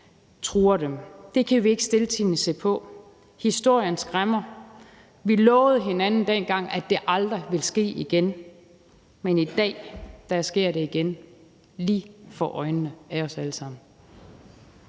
truer dem. Det kan vi ikke stiltiende se på. Historien skræmmer. Vi lovede hinanden dengang, at det aldrig ville ske igen. Men i dag sker det igen, lige for øjnene af os alle sammen.